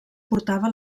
portava